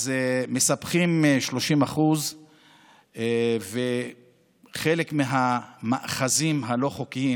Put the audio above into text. מספחים 30% וחלק מהמאחזים הלא-חוקיים.